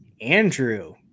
Andrew